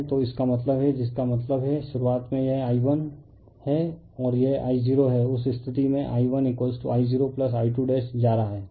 तो इसका मतलब है जिसका मतलब है शुरुआत में यह I1 है और यह I0 है उस स्थिति में I1I0I2 जा रहा है